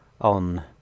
on